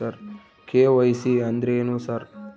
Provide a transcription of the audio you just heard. KYC ಅಂದ್ರೇನು sir?